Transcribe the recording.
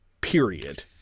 Period